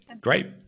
Great